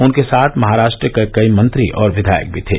उनके साथ महाराष्ट्र के कई मंत्री और विधायक भी थे